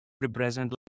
represent